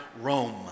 Rome